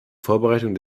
vorbereitung